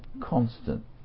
constant